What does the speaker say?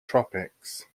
tropics